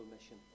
mission